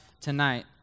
tonight